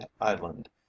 island